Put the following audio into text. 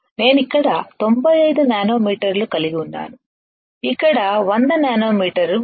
నేను ఇక్కడ 95 నానోమీటర్ కలిగి ఉన్నాను ఇక్కడ 100 నానోమీటర్ ఉంది